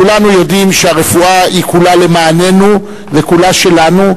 כולנו יודעים שהרפואה היא כולה למעננו וכולה שלנו,